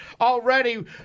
already